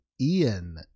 Ian